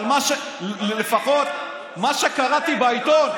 אבל לפחות ממה שקראתי בעיתון,